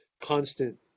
constant